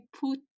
put